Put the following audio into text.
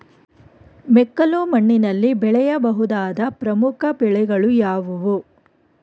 ಮೆಕ್ಕಲು ಮಣ್ಣಿನಲ್ಲಿ ಬೆಳೆಯ ಬಹುದಾದ ಪ್ರಮುಖ ಬೆಳೆಗಳು ಯಾವುವು?